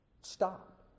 Stop